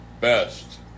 best